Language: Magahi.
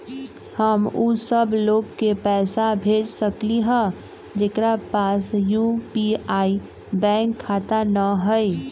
हम उ सब लोग के पैसा भेज सकली ह जेकरा पास यू.पी.आई बैंक खाता न हई?